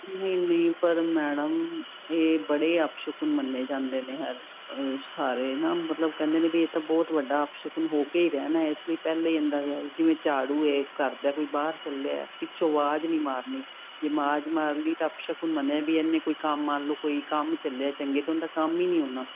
ਨਹੀਂ ਨਹੀਂ ਪਰ ਮੈਡਮ ਇਹ ਬੜੇ ਅਪਸ਼ਗਨ ਮੰਨੇ ਜਾਂਦੇ ਨੇ ਸਾਰੇ ਨਾ ਮਤਲਬ ਕਹਿੰਦੇ ਨੇ ਵੀ ਇਹ ਤਾਂ ਬਹੁਤ ਵੱਡਾ ਅਪਸ਼ਗਨ ਹੋ ਕੇ ਹੀ ਰਹਿਣਾ ਇਸ ਲਈ ਪਹਿਲਾ ਜਿਵੇਂ ਝਾੜੂ ਏ ਕਰਦਾ ਕੋਈ ਬਾਹਰ ਚੱਲਿਆ ਪਿੱਛੋਂ ਆਵਾਜ਼ ਨਹੀਂ ਮਾਰਨੀ ਮਾਰਨ ਲਈ ਤਾਂ ਅਪਸ਼ਗਨ ਮਨੋ ਵੀ ਇਨੀ ਕੋਈ ਕੰਮ ਮੰਨ ਲਓ ਕੋਈ ਕੰਮ ਚੱਲਿਆ ਚੰਗੇ ਤੇ ਉਹਦਾ ਕੰਮ ਹੀ ਨਹੀਂ ਆਉਣਾ